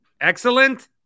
Excellent